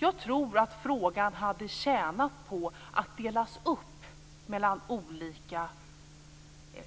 Jag tror att frågan hade tjänat på att delas upp mellan olika